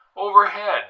Overhead